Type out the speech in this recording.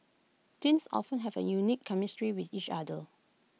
twins often have A unique chemistry with each other